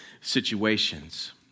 situations